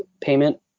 payment